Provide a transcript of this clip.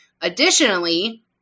Additionally